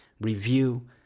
Review